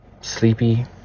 sleepy